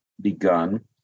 begun